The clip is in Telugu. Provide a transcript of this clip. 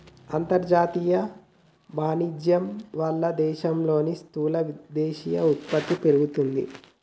అంతర్జాతీయ వాణిజ్యం వాళ్ళ దేశాల్లో స్థూల దేశీయ ఉత్పత్తి పెరుగుతాది